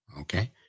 okay